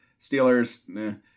Steelers